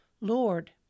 Lord